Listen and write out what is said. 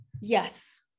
Yes